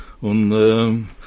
Und